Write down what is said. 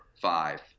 five